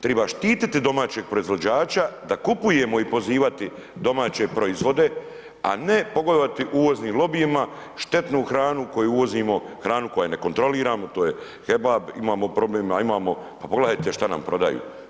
Treba štititi domaćeg proizvođača da kupujemo i pozivati domaće proizvode, a ne pogodovati uvoznim lobijima, štetnu hranu koju uvozimo, hranu koju ne kontroliramo, to je kebab, imamo problema, pa pogledajte što nam prodaju.